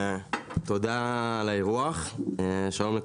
שלום לכולם, נעים מאוד, אני מייסד